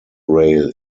rail